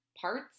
parts